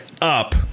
up